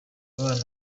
abana